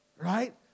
right